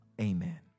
Amen